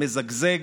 מזגזג,